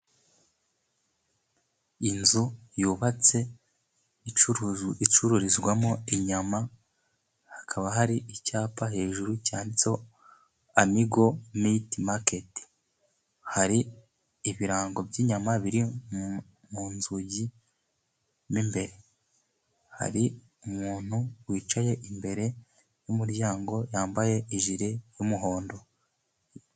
Inzu yubatse icururizwamo inyama hakaba hari icyapa hejuru cyanditse Amigo miti maketi. Hari n' ibirango by'inyama biri mu nzugi mo mbere, hari umuntu wicaye imbere y'umuryango yambaye ijile y'umuhondo.